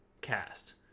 cast